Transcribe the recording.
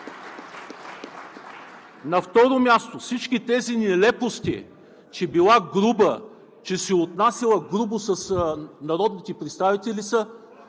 На второ място, всички тези нелепости – че била груба, че се отнасяла грубо с народните представители, са